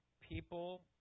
people